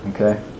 Okay